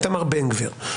איתמר בן גביר,